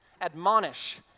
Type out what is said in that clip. admonish